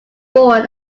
born